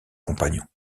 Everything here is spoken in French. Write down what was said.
compagnons